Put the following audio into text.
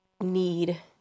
need